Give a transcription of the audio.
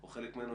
או חלק ממנו,